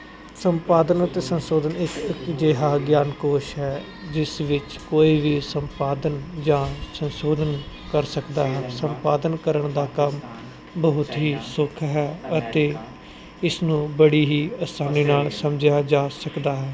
ਸੰਪਾਦਨ ਅਤੇ ਸੰਸ਼ੋਧਨ ਇੱਕ ਜਿਹਾ ਗਿਆਨਕੋਸ਼ ਹੈ ਜਿਸ ਵਿੱਚ ਕੋਈ ਵੀ ਸੰਪਾਦਨ ਜਾਂ ਸੰਸ਼ੋਧਨ ਕਰ ਸਕਦਾ ਹੈ ਸੰਪਾਦਨ ਕਰਨ ਦਾ ਕੰਮ ਬਹੁਤ ਹੀ ਸੁੱਖ ਹੈ ਅਤੇ ਇਸ ਨੂੰ ਬੜੀ ਹੀ ਆਸਾਨੀ ਨਾਲ ਸਮਝਿਆ ਜਾ ਸਕਦਾ ਹੈ